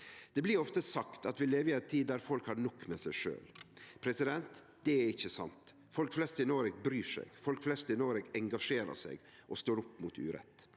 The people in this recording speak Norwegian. Det blir ofte sagt at vi lever i ei tid der folk har nok med seg sjølve. Det er ikkje sant. Folk flest i Noreg bryr seg. Folk flest i Noreg engasjerer seg og står opp mot urett.